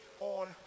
on